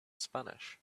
spanish